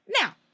Now